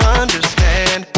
understand